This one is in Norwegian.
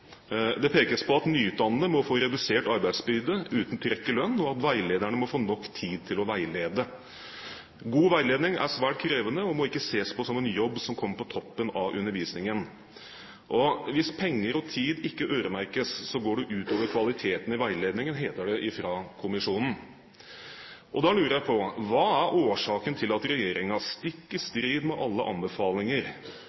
Det pekes på at nyutdannede må få redusert arbeidsbyrde uten trekk i lønn, og at veilederne må få nok tid til å veilede. God veiledning er svært krevende, og må ikke ses på som en jobb som kommer på toppen av undervisningen. Hvis penger og tid ikke øremerkes, går det ut over kvaliteten i veiledningen, heter det fra kommisjonen. Da lurer jeg på: Hva er årsaken til at regjeringen, stikk i